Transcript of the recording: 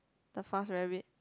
the fast rabbit